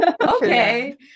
Okay